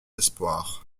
espoir